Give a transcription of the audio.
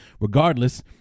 Regardless